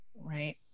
right